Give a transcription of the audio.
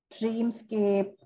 dreamscape